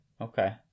Okay